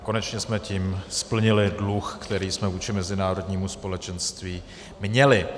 Konečně jsme tím splnili dluh, který jsme vůči mezinárodnímu společenství měli.